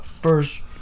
First